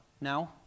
now